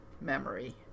memory